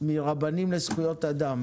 מרבנים לזכויות אדם.